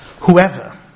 Whoever